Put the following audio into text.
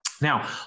Now